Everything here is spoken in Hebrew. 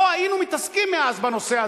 לא היינו מתעסקים מאז בנושא הזה.